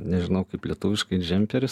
nežinau kaip lietuviškai džemperis